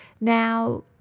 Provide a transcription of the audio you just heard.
Now